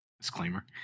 Disclaimer